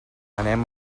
anem